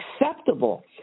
acceptable